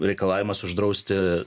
reikalavimas uždrausti